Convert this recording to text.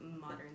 modern